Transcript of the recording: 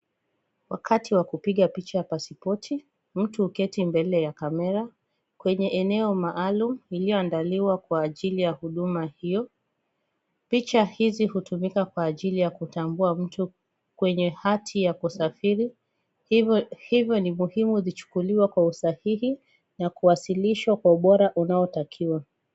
Wakati wa kupiga picha ya passpoti mtu huketi mbele ya camera kwenye eneo maalum iliyoandaliwa Kwa ajili ya huduma hiyo, picha hizi hutumika Kwa ajili ya kutabua mtu kwenye hati ya kusafiri, hivyo ni muhimu zichukuliwe kwa usahihi na kuwasilishwa kwa ubora unaotakiwa.